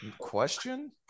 question